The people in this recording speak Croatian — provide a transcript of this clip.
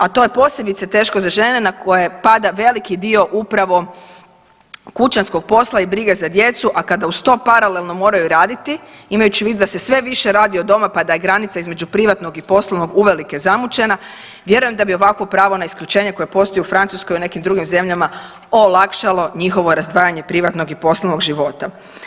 A to je posebice teško za žene na koje pada veliki dio upravo kućanskog posla i brige za djecu, a kada uz to paralelno moraju raditi imajući u vidu da se sve više radi od doma pa da je granica između privatnog i poslovnog uvelike zamućena, vjerujem da bi ovako pravo na isključenje koje postoji u Francuskoj i u nekim drugim zemljama olakšalo njihovo razdvajanje privatnog i poslovnog života.